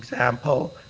example,